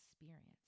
experience